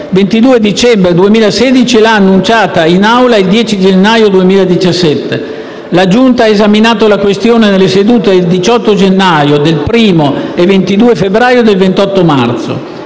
il 22 dicembre 2016 e l'ha annunciata in Aula il 10 gennaio 2017. La Giunta ha esaminato la questione nelle sedute del 18 gennaio, del 1° e 22 febbraio e del 28 marzo